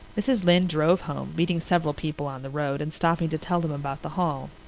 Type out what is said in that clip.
mrs. lynde drove home, meeting several people on the road and stopping to tell them about the hall.